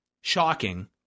shocking